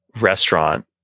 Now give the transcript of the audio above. restaurant